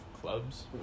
clubs